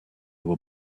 were